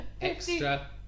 extra